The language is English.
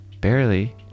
Barely